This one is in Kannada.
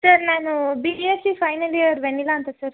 ಸರ್ ನಾನು B S C final year vanilla ಅಂತ ಸರ್